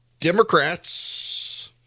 Democrats